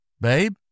Babe